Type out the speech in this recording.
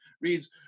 reads